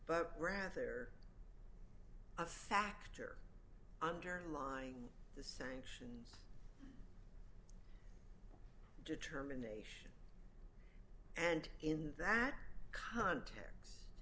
but rather a factor underline the sanction determination and in that context